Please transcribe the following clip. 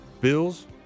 Bills